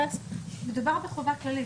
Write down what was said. מדובר בחובה כללית.